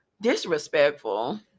disrespectful